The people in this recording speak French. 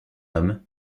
homme